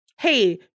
hey